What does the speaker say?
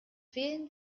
wählen